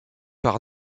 par